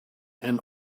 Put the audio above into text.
and